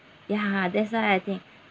ya that's why I think